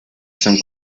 son